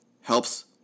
helps